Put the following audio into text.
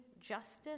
justice